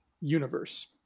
universe